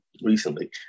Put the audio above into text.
recently